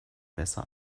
besser